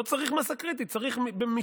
לא צריך מאסה קריטית, צריך במשתמע.